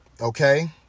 Okay